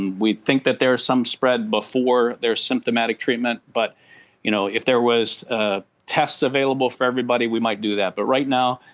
and we think that there are some spread before they're symptomatic treatment but you know if there was ah tests available for everybody we might do that. but right now,